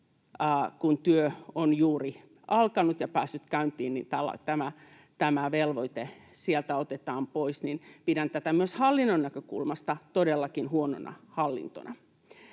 kun työ on juuri alkanut ja päässyt käyntiin, tämä velvoite sieltä otetaan pois. Pidän tätä myös hallinnon näkökulmasta todellakin huonona hallintona.